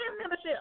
membership